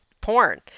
porn